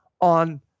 on